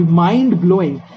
mind-blowing